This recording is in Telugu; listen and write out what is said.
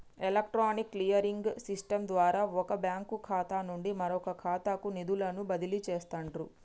ఎలక్ట్రానిక్ క్లియరింగ్ సిస్టమ్ ద్వారా వొక బ్యాంకు ఖాతా నుండి మరొకఖాతాకు నిధులను బదిలీ చేస్తండ్రు